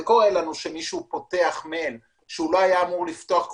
קורה שמישהו פותח מייל שהוא לא היה אמור לפתוח כי